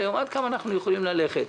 ולראות עד כמה אנחנו יכולים ללכת.